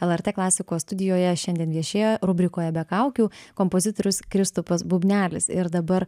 lrt klasikos studijoje šiandien viešėjo rubrikoje be kaukių kompozitorius kristupas bubnelis ir dabar